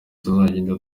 tuzagenda